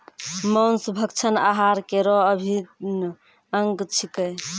मांस भक्षण आहार केरो अभिन्न अंग छिकै